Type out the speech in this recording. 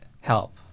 help